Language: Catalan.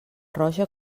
roja